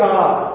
God